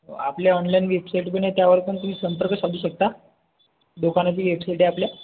आपल्या online website पण आहे त्यावर पण तुम्ही संपर्क साधू शकता दुकानाची वेबसाईट आहे आपल्या